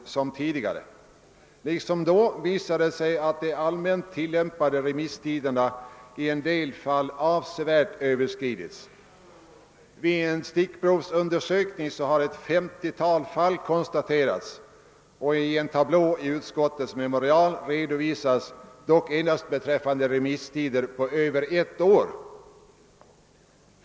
Liksom tidigare visar det sig, att de allmänt tillämpade remisstiderna i en del fall avsevärt överskridits. Vid en stickprovsundersökning har ett 50-tal fall konstaterats, och i en tablå i utskottets memorial redovisas dessa, dock endast beträffande remisstider på över ett år.